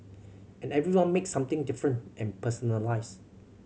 and everyone makes something different and personalised